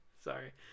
Sorry